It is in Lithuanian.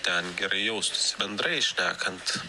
ten gerai jaustųsi bendrai šnekant